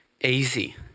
easy